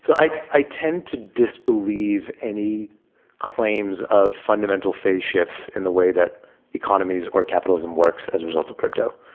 so i i tend to disbelieve any claims of fundamental phase shifts in the way that economies or capitalism works as a result of crypto.